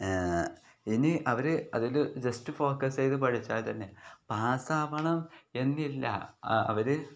ഇനി അവർ അതിൽ ജസ്റ്റ് ഫോക്കസ് ചെയ്തു പഠിച്ചാൽ തന്നെ പാസാകണം എന്നില്ല അവർ